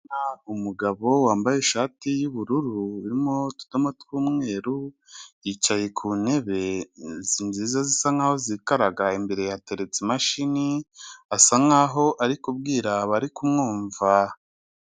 Umugabo wambaye ishati y'ubururu irimo utudomo tw'umweru, yicaye ku ntebe izi nziza zisa nkaho zikaraga, imbere yateretse imashini asa nkaho ari kubwira abari kumwumva.